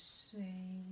say